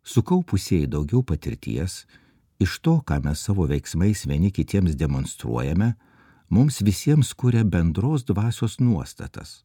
sukaupusieji daugiau patirties iš to ką mes savo veiksmais vieni kitiems demonstruojame mums visiems kuria bendros dvasios nuostatas